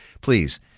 Please